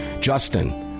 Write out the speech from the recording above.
Justin